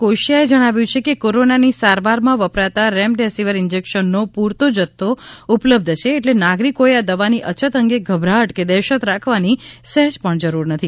કોશીયાએ જણાવ્યુ છે કે કોરોનાની સારવારમાં વપરાતા રેમડેસીવિર ઇન્જેક્શનનો પુરતો જથ્થો ઉપલબ્ધ છે એટલે નાગરિકોએ આ દવાની અછત અંગે ગભરાટ કે દહેશત રાખવાની સહેજ પણ જરૂર નથી